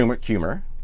humor